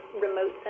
remote